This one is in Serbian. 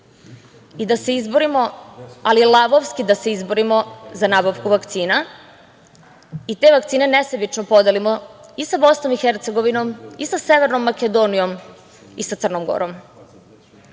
i da se izborima, ali lavovski da se izborimo za nabavku vakcina i te vakcine nesebično podelimo i sa Bosnom i Hercegovinom, i sa Severnom Makedonijom, i sa Crnom Gorom. Pored